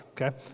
okay